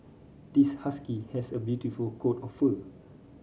this husky has a beautiful coat of fur